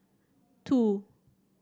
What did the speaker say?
two